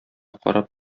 карап